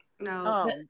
No